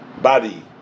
Body